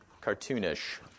cartoonish